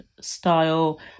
style